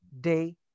Day